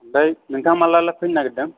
ओमफ्राय नोंथाङा माब्ला फैनो नागिरदों